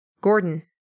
Gordon